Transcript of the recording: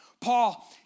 Paul